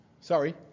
Sorry